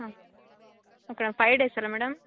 ಹ್ಞೂ okay five days ಅಲಾ madam